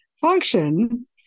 function